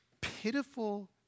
pitiful